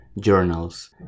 journals